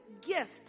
gift